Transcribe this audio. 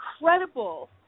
incredible